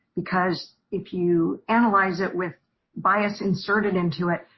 because if you analyze it, with bias inserted into it,